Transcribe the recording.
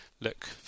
look